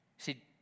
See